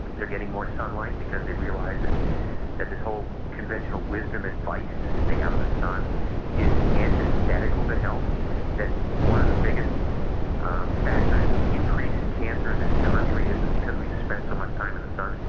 they are getting more sunlight because they realize that that this whole conventional wisdom advice to stay out of the sun is antithetical to health that one of the biggest factors and in increase in cancer in this country isn't because we have spent so much time in the sun,